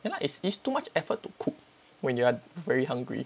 ya lah it's it's too much effort to cook when you're very hungry